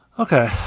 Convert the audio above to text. okay